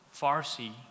Farsi